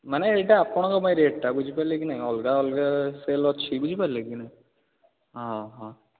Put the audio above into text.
ମାନେ ଏଇଟା ଆପଣଙ୍କ ପାଇଁ ରେଟ୍ଟା ବୁଝିପାରିଲେ କି ନାହିଁ ଅଲଗା ଅଲଗା ସେଲ୍ ଅଛି ବୁଝିପାରିଲେ କି ନାହିଁ ହଁ ହଁ